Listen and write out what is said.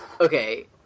Okay